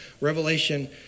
Revelation